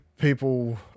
people